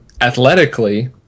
athletically